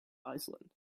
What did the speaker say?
iceland